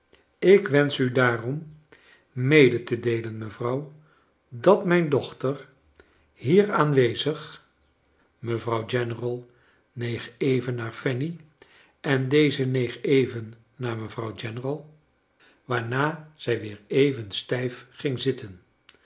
ik wenrsch u daa rom mede te deelen mevrouw dat mijn dochter hier aanwezig mevrouw general neeg even naar fanny en deze neeg even naar mevrouw general waarna zij weer even stijf ging zitten